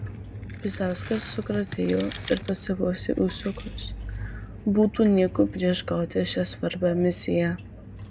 bizauskas sukrutėjo ir pasiglostė ūsiukus būtų nieko prieš gauti šią svarbią misiją